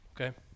Okay